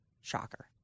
Shocker